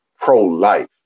pro-life